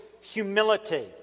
humility